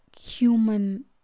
human